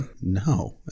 No